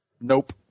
Nope